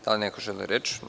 Da li neko želi reč?